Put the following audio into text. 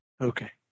Okay